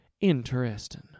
interesting